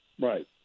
Right